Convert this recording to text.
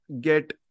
get